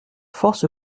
force